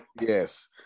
yes